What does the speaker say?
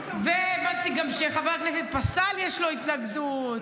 והבנתי שגם לחבר הכנסת פסל יש התנגדות,